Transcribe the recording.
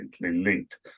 linked